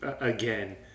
again